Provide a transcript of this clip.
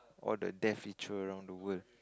all the death ritual around the world